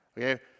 Okay